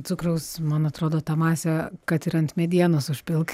cukraus man atrodo tą masę kad ir ant medienos užpilk